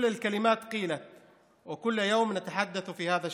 כל המילים נאמרו וכל יום אנחנו מדברים על העניין הזה,